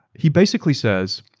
he basically says,